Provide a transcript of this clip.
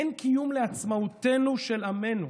אין קיום לעצמאות של עמנו,